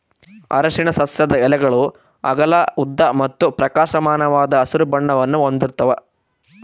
ಅರಿಶಿನ ಸಸ್ಯದ ಎಲೆಗಳು ಅಗಲ ಉದ್ದ ಮತ್ತು ಪ್ರಕಾಶಮಾನವಾದ ಹಸಿರು ಬಣ್ಣವನ್ನು ಹೊಂದಿರ್ತವ